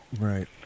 right